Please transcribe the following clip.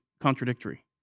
contradictory